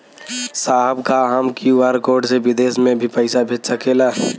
साहब का हम क्यू.आर कोड से बिदेश में भी पैसा भेज सकेला?